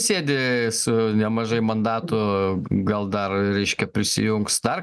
sėdi su nemažai mandatų gal dar reiškia prisijungs dar